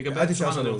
לגבי ה-19 באוגוסט,